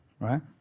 right